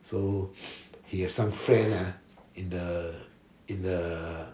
so he has some friends in the in the